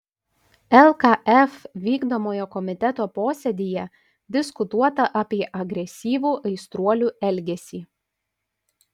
lkf vykdomojo komiteto posėdyje diskutuota apie agresyvų aistruolių elgesį